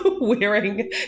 wearing